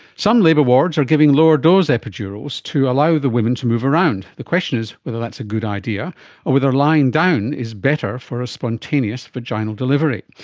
some labour wards are giving lower dose epidurals to allow the women to move around. the question is whether that's a good idea or whether lying down is better for a spontaneous vaginal delivery.